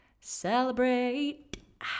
celebrate